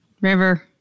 river